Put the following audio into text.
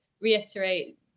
reiterate